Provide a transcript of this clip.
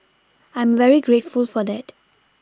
I'm very grateful for that